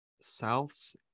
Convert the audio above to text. South's